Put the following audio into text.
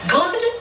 Good